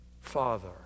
Father